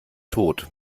tot